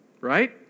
right